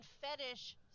fetish